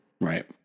Right